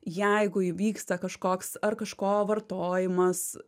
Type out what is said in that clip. jeigu įvyksta kažkoks ar kažko vartojimas